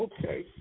Okay